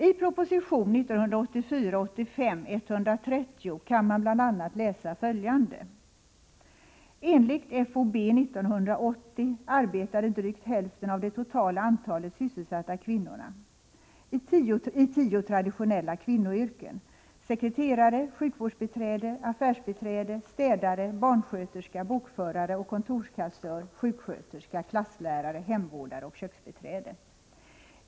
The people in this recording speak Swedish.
I proposition 1984/85:130 kan man läsa bl.a. följande: ”Enligt FoB 1980 arbetade drygt hälften av det totala antalet sysselsatta kvinnorna i tio traditionella kvinnoyrken: sekreterare, sjukvårdsbiträde, affärsbiträde, städare, barnsköterska, bokförare och kontorskassör, sjuksköterska, klasslärare, hemvårdare och köksbiträde.